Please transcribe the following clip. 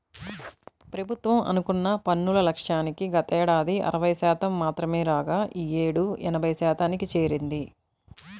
ప్రభుత్వం అనుకున్న పన్నుల లక్ష్యానికి గతేడాది అరవై శాతం మాత్రమే రాగా ఈ యేడు ఎనభై శాతానికి చేరింది